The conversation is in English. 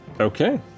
Okay